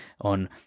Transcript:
on